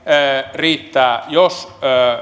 riittää jos